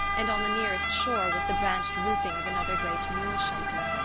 and on the nearest shore was the branched roofing of another great mule-shelter.